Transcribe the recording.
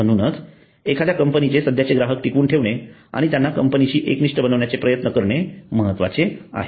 म्हणूनच एखाद्या कंपनीचे सध्याचे ग्राहक टिकवून ठेवणे आणि त्यांना कंपनीशी एकनिष्ठ बनविण्याचा प्रयत्न करणे महत्वाचे आहे